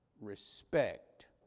respect